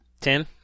Tim